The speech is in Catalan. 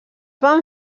van